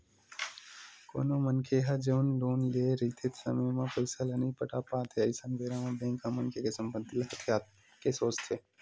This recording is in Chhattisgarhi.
कोनो मनखे ह जउन लोन लेए रहिथे समे म पइसा ल नइ पटा पात हे अइसन बेरा म बेंक ह मनखे के संपत्ति ल हथियाये के सोचथे